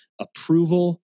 approval